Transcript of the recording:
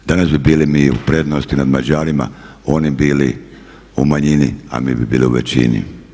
Danas bi bili mi u prednosti nad Mađarima, oni bi bili u manjini, a mi bi bili u većini.